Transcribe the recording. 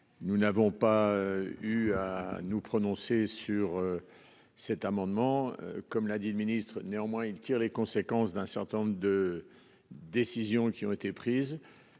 Nous n'avons pas eu à nous prononcer sur. Cet amendement, comme l'a dit le ministre. Néanmoins il tire les conséquences d'un certain nombre de décisions qui ont été prises.